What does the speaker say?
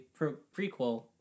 prequel